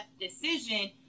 decision